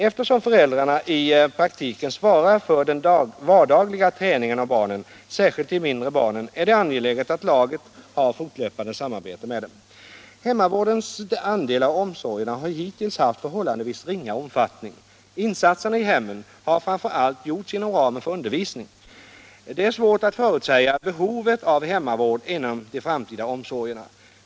Eftersom föräldrarna i praktiken svarar för den vardagliga träningen av barnen, särskilt de mindre barnen, är det angeläget att laget har fortlöpande samarbete med dem. Hemmavårdens andel av omsorgerna har hittills haft förhållandevis ringa omfattning. Insatserna i hemmen har framför allt gjorts inom ramen för undervisning. Det är svårt att förutsäga behovet av hemmavård inom de framtida omsorgerna.